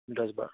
দহ বাৰ